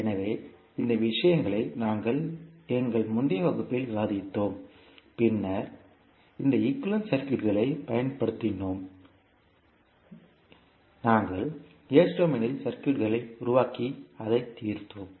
எனவே இந்த விஷயங்களை நாங்கள் எங்கள் முந்தைய வகுப்பில் விவாதித்தோம் பின்னர் இந்த ஈக்குவேலன்ட் சர்க்யூட்களைப் பயன்படுத்தினோம் நாங்கள் S டொமைனில் சர்க்யூட் களை உருவாக்கி அதைத் தீர்த்தோம்